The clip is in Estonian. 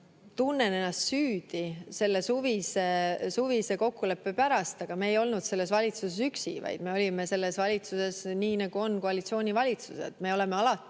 tunnen ennast süüdi selle suvise kokkuleppe pärast, aga me ei olnud selles valitsuses üksi, vaid me olime selles valitsuses nii, nagu on koalitsioonivalitsused. Me oleme alati